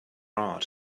art